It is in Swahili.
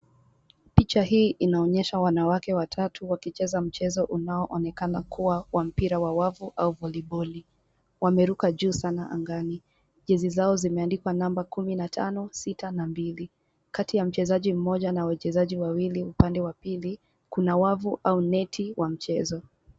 Picha hii inaonyesha wanawake watatu wakicheza mchezo unaoonekana kuwa wa mpira wa wavu au voliboli. Wameruka juu sana angani. Jezi zao zimeandikwa namba kumi na tano, sita, na mbili. Kati ya mchezaji mmoja na wachezaji wawili upande wa pili, kuna wavu au neti wa mchezo.